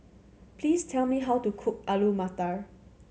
please tell me how to cook Alu Matar